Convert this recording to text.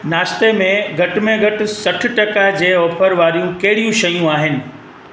नाश्ते में घटि में घटि सठ टका जे ऑफर वारियूं कहिड़ियूं शयूं आहिनि